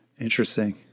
interesting